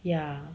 ya